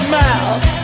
mouth